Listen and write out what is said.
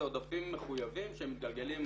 זה עודפים מחויבים שמתגלגלים,